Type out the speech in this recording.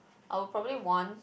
I would probably want